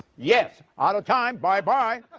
yes, out of time, bye-bye.